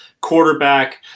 quarterback